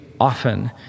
often